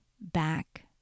back